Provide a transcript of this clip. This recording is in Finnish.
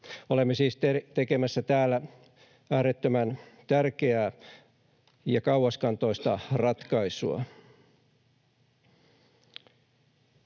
Olemme siis tekemässä täällä äärettömän tärkeää ja kauaskantoista ratkaisua.